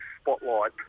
spotlight